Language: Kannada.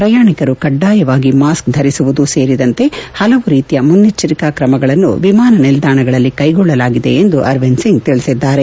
ಪ್ರಯಾಣಿಕರು ಕಡ್ಡಾಯವಾಗಿ ಮಾಸ್ಕ್ ಧರಿಸುವುದು ಸೇರಿದಂತೆ ಪಲವಾರು ರೀತಿಯ ಮುನ್ನೆಚ್ಚರಿಕಾ ಕ್ರಮಗಳನ್ನು ವಿಮಾನ ನಿಲ್ದಾಣಗಳಲ್ಲಿ ಕೈಗೊಳ್ಳಲಾಗಿದೆ ಎಂದು ಅರವಿಂದ್ ಸಿಂಗ್ ತಿಳಿಸಿದ್ದಾರೆ